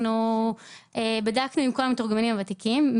אנחנו בדקנו עם כל המתורגמנים הוותיקים,